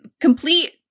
complete